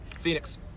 Phoenix